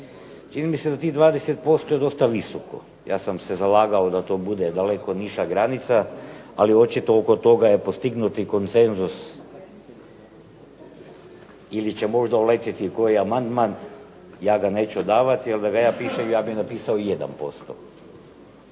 Čini mi se da tih 20% je dosta visoko. Ja sam se zalagao da to bude daleko niža granica. Ali očito oko toga je postignut i konsenzus ili će možda uletjeti koji amandman. Ja ga neću davati, ali da ga je pišem ja bih napisao 1%.